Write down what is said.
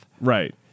Right